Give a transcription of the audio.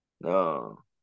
No